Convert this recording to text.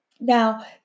Now